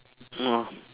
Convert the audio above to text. no